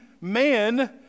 man